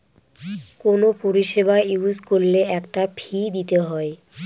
কোনো পরিষেবা ইউজ করলে একটা ফী দিতে হয়